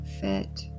fit